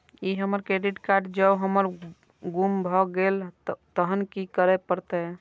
ई हमर credit card जौं हमर गुम भ गेल तहन की करे परतै?